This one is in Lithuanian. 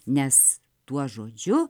nes tuo žodžiu